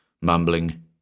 mumbling